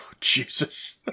jesus